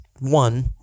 One